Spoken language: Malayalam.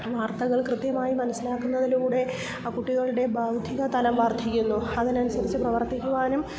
വാർത്തകൾ കൃത്യമായി മനസ്സിലാക്കുന്നതിലൂടെ ആ കുട്ടികളുടെ ബൗദ്ധികതലം വർദ്ധിക്കുന്നു അതിനനുസരിച്ച് പ്രവർത്തിക്കുവാനും